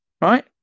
Right